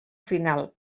final